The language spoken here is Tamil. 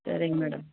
சரிங்க மேடம்